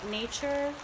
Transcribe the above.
nature